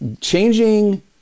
Changing